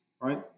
right